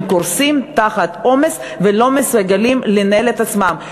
קורסות תחת העומס ולא מסוגלות לנהל את עצמן.